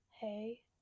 hey